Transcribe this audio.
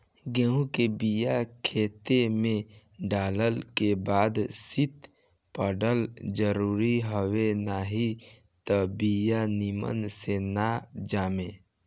गेंहू के बिया खेते में डालल के बाद शीत पड़ल जरुरी हवे नाही त बिया निमन से ना जामे